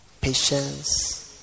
patience